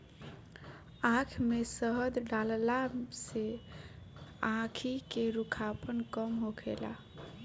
आँख में शहद डालला से आंखी के रूखापन कम होखेला